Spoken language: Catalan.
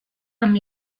amb